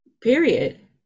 Period